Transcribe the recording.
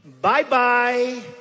Bye-bye